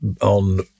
on